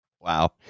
Wow